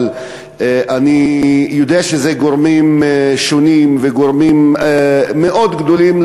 אבל אני יודע שאלו גורמים שונים וגורמים מאוד גדולים,